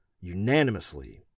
unanimously